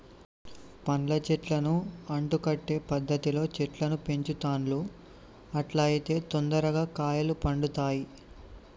పండ్ల చెట్లను అంటు కట్టే పద్ధతిలో చెట్లను పెంచుతాండ్లు అట్లా అయితే తొందరగా కాయలు పడుతాయ్